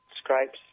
scrapes